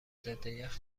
ضدیخ